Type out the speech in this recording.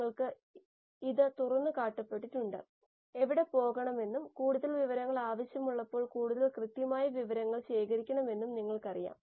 2 എന്ന് നമുക്കറിയാം